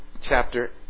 chapter